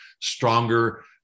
stronger